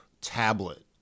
tablet